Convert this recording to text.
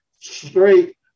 straight